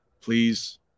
Please